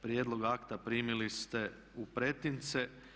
Prijedlog akta primili ste u pretince.